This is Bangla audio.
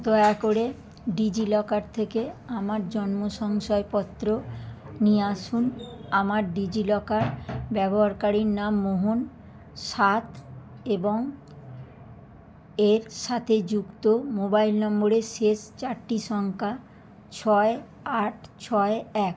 দয়া করে ডিজিলকার থেকে আমার জন্ম সংশাপত্র নিয়ে আসুন আমার ডিজিলকার ব্যবহারকারীর নাম মোহন সাত এবং এর সাথে যুক্ত মোবাইল নম্বরের শেষ চারটি সংখ্যা ছয় আট ছয় এক